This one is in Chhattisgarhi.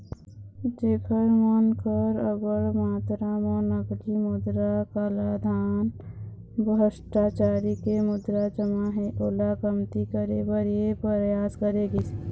जेखर मन कर अब्बड़ मातरा म नकली मुद्रा, कालाधन, भस्टाचारी के मुद्रा जमा हे ओला कमती करे बर ये परयास करे गिस